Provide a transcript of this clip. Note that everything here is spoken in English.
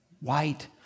White